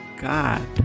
God